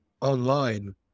online